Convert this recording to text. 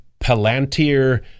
palantir